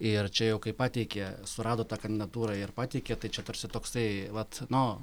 ir čia jau kaip pateikė surado tą kandidatūrą ir pateikė tai čia tarsi toksai vat nu